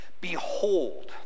Behold